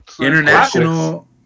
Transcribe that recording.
International